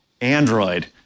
Android